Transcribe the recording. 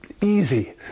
easy